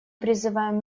призываем